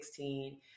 2016